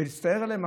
להצטער עליהם,